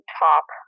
top